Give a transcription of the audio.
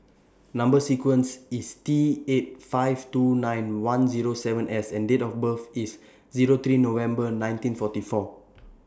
Number sequence IS T eight five two nine one Zero seven S and Date of birth IS three November nineteen forty four